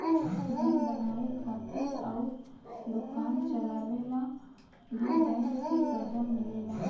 घर बनावे खातिर अउर दोकान चलावे ला भी बैंक से कर्जा मिलेला